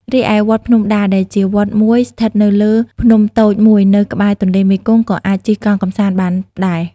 រីឯ វត្តភ្នំដា ដែលជាវត្តមួយស្ថិតនៅលើភ្នំតូចមួយនៅក្បែរទន្លេមេគង្គក៏អាចជិះកង់កម្សាន្តបានដែរ។